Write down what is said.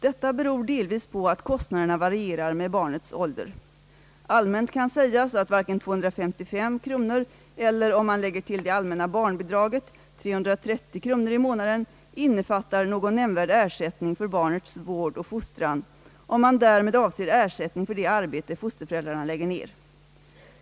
Detta beror delvis på att kostnaderna varierar med barnets ålder. Allmänt kan sägas att varken 255 kronor eller — om man lägger till det allmänna barnbidraget — 330 kronor i månaden innefattar någon nämnvärd ersättning för barnets vård och fostran, om man därmed avser ersättning för det arbete fosterföräldrarna lägger ner.